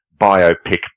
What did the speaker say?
biopic